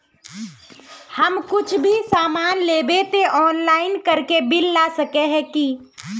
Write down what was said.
हम कुछ भी सामान लेबे ते ऑनलाइन करके बिल ला सके है की?